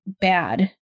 bad